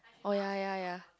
oh ya ya ya